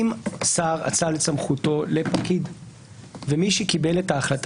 שאם שר אצל סמכותו לפקיד ומי שקיבל את ההחלטה